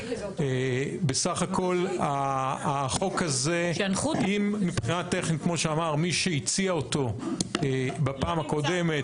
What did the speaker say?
בסך הכול החוק הזה אם מבחינה טכנית כמו שאמר מי שהציע אותו בפעם הקודמת